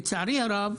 לצערי הרב,